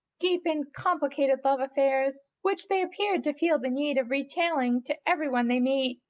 deep in complicated love-affairs which they appeared to feel the need of retailing to every one they met,